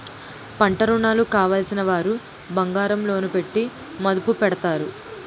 పంటరుణాలు కావలసినవారు బంగారం లోను పెట్టి మదుపు పెడతారు